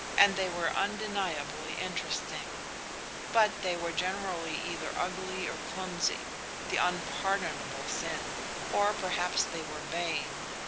and they were undeniably interesting but they were generally either ugly or clumsy the unpardonable sin or perhaps they were vain.